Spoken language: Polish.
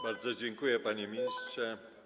Bardzo dziękuję, panie ministrze.